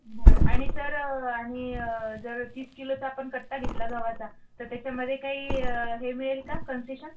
बरं आणि सर अं आणि अं जर तीस किलोचा आपण कट्टा घेतला गव्हाचा तर त्याच्यामधे काही अं हे मिळेल का कन्सेशन